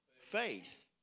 faith